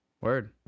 word